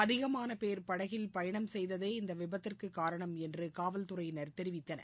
அதிகமான பேர் படகில் பயணம் செய்ததே இந்த விபத்திற்கு காரணம் என்று காவல்துறையினர் தெரிவித்தனர்